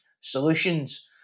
Solutions